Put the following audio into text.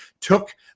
took